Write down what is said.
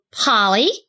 Polly